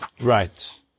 Right